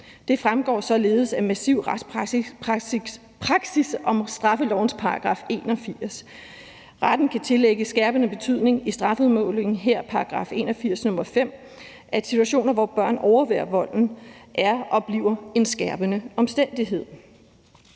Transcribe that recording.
Det fremgår således massivt af retspraksis omkring straffelovens § 81. Retten kan tillægge det skærpende betydning i strafudmålingen, her § 81, nr. 5, at situationer, hvor børn overværer volden, er og bliver en skærpende omstændighed.